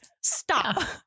Stop